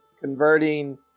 converting